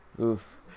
Oof